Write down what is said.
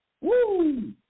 Woo